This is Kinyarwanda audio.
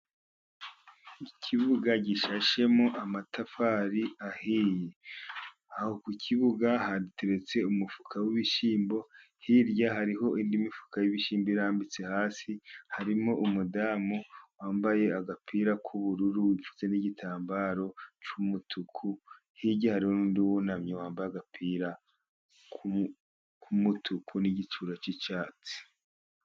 Ikibuga gishashemo amatafari ahiye. Aho ku kibuga hateretse umufuka w'ibishyimbo. Hirya hariho indi mifuka y'ibishyimbo irambitse hasi. Harimo umudamu wambaye agapira k'ubururu n'igitambaro cy'umutuku. Hirya hariho undi wunamye wambaye agapira k'umutuku n'igishura cy'icyatsi.